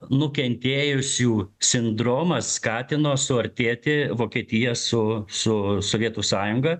nukentėjusių sindromas skatino suartėti vokietija su su sovietų sąjunga